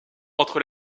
entre